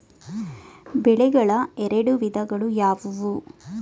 ಬೆಳೆಗಳ ಎರಡು ವಿಧಗಳು ಯಾವುವು?